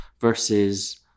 versus